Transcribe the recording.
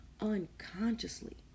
unconsciously